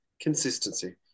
Consistency